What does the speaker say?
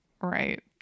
right